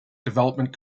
development